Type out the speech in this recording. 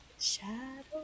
Shadow